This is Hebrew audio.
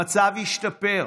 המצב 'ישתפר'